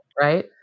right